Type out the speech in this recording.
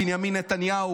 בנימין נתניהו,